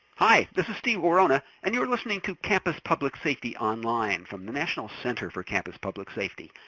hi this is steve worona, and you're listening to campus public safety online from the national center for campus public safety.